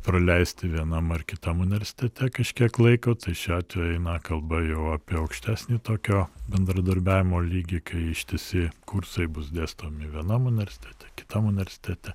praleisti vienam ar kitam universitete kažkiek laiko tai šiuo atveju eina kalba jau apie aukštesnį tokio bendradarbiavimo lygį kai ištisi kursai bus dėstomi vienam universitete kitam universitete